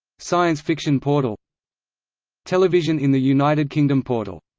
science fiction portal television in the united kingdom portal